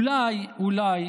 אולי אולי